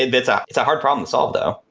it's ah it's a hard problem solved though.